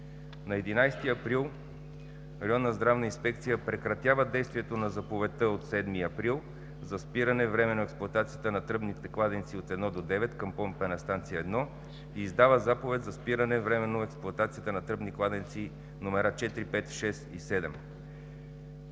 На 11 април Районна здравна инспекция прекратява действието на Заповедта от 7 април за спиране на временната експлоатация на тръбните кладенци от 1 до 9 към „Помпена станция 1“ и издава заповед за спиране временно експлоатацията на тръбни кладенци номера 4, 5, 6 и 7.